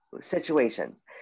situations